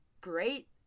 great